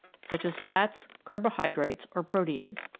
such as fats, carbo hydrates, or proteids.